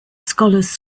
scholars